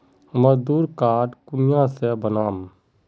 मजदूर कार्ड कुनियाँ से बनाम?